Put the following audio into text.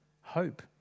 Hope